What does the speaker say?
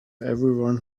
everyone